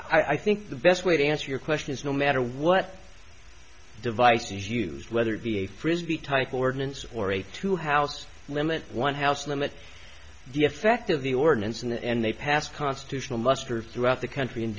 and i think the best way to answer your question is no matter what device is used whether it be a frisbee type ordinance or a to house limit one house limit the effect of the ordinance and they pass constitutional muster throughout the country